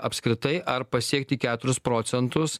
apskritai ar pasiekti keturis procentus